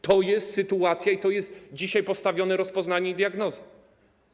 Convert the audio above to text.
Taka jest sytuacja i to jest dzisiaj postawione rozpoznanie i diagnoza.